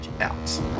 out